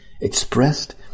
expressed